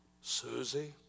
Susie